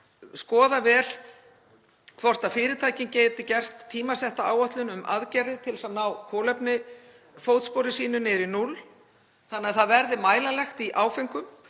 skoða vel hvort fyrirtækin geti gert tímasetta áætlun um aðgerðir til að ná kolefnisfótspori sínu niður í núll þannig að það verði mælanlegt í áföngum.